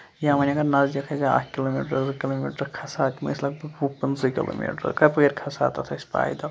یا وَن اَگر نَزدیٖکٕی آسہِ ہا اکھ کِلو میٖٹر زٕ کِلو میٖٹر بہٕ کھسہٕ ہا تِم ٲسۍ لگ بگ وُہ پٕنٛژٕہ کِلو میٖٹر کَپٲرۍ کھسہٕ ہاو أسۍ تَتھ پایدل